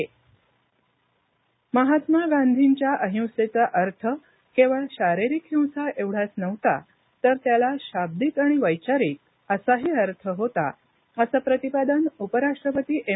दांडी यात्रा महात्मा गांधींच्या अहिंसेचा अर्थ केवळ शारीरिक हिंसा एवढाच नव्हता तर त्याला शाब्दिक आणि वैचारिक असाही अर्थ होता असं प्रतिपादन उपराष्ट्रपती एम